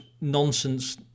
nonsense